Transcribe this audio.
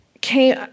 came